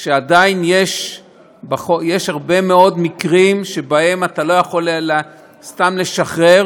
שעדיין יש הרבה מאוד מקרים שבהם אתה לא יכול סתם לשחרר